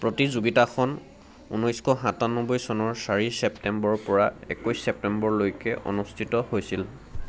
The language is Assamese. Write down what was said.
প্ৰতিযোগিতাখন ঊনৈশ সাতানব্বৈ চনৰ চাৰি ছেপ্তেম্বৰৰপৰা একৈশ ছেপ্তেম্বৰলৈকে অনুষ্ঠিত হৈছিল